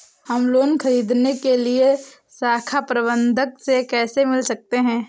हम लोन ख़रीदने के लिए शाखा प्रबंधक से कैसे मिल सकते हैं?